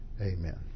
Amen